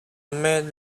made